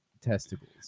testicles